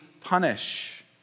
punish